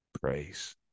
Praise